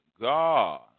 God